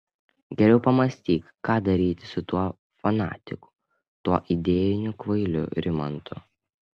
geriau pamąstyk ką daryti su tuo fanatiku tuo idėjiniu kvailiu rimantu